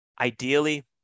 ideally